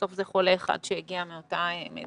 בסוף זה חולה אחד שהגיע מאותה מדינה.